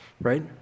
right